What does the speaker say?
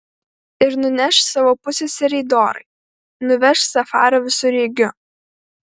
ir nuneš savo pusseserei dorai nuveš safario visureigiu